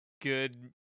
good